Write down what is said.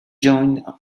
joined